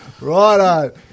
Righto